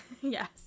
Yes